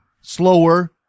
slower